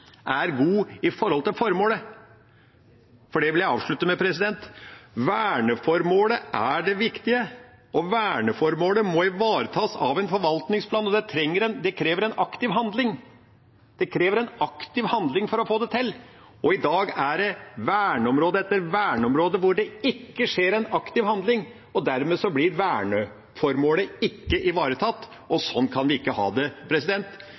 er god med tanke på formålet. Jeg vil avslutte med det: Verneformålet er det viktige. Verneformålet må ivaretas av en forvaltningsplan, og det krever en aktiv handling for å få det til. I dag er det verneområde etter verneområde hvor det ikke skjer en aktiv handling. Dermed blir verneformålet ikke ivaretatt. Sånn kan vi ikke ha det.